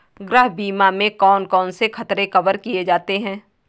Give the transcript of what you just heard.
गृह बीमा में कौन कौन से खतरे कवर किए जाते हैं?